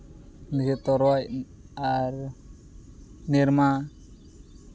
ᱛᱚᱨᱚᱡ ᱟᱨ ᱱᱤᱨᱢᱟ